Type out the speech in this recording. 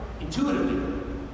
Intuitively